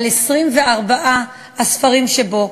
על 24 הספרים שבו,